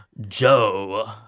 Joe